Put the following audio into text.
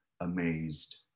amazed